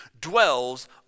dwells